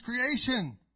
creation